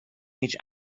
هیچ